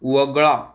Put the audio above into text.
वगळा